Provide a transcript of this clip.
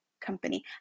company